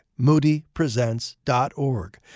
moodypresents.org